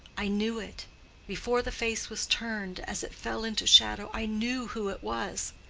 i knew it before the face was turned, as it fell into shadow, i knew who it was.